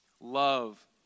Love